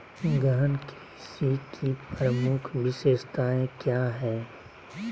गहन कृषि की प्रमुख विशेषताएं क्या है?